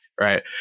right